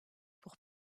pour